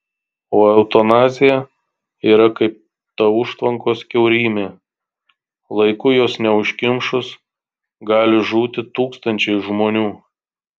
o eutanazija yra kaip ta užtvankos kiaurymė laiku jos neužkimšus gali žūti tūkstančiai žmonių